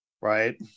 Right